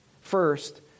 First